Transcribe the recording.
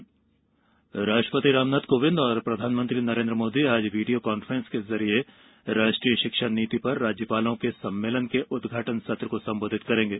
शिक्षा संवाद राष्ट्रपति रामनाथ कोविंद और प्रधानमंत्री नरेन्द्र मोदी आज वीडियो कांफ्रेंस के जरिए राष्ट्रीय शिक्षा नीति पर राज्यपालों के सम्मेलन के उदघाटन सत्र को संबोधित करेंगे